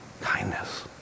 Kindness